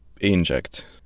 inject